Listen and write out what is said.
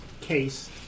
case